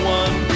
one